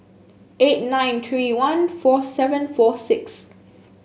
eight nine three one four seven four six